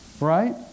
right